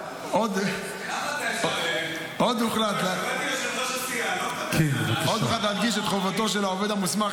עוד הוחלט להדגיש את חובתו של העובד המוסמך